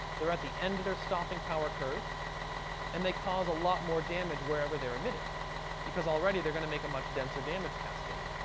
they're at the end of their stopping power curve and they cause a lot more damage wherever they're emitted because already, they're going to make a much denser damage cascade.